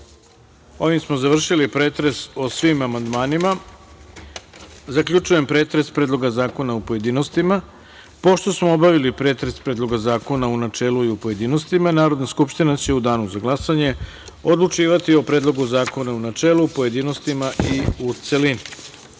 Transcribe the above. smo završili pretres o svim amandmanima. Zaključujem pretres Predloga zakona u pojedinostima. Pošto smo obavili pretres Predloga zakona u načelu i u pojedinostima Narodna skupština će u danu za glasanje odlučivati o Predlogu zakona u načelu, pojedinostima i u celini. Kao